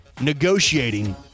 negotiating